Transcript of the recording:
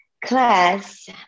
class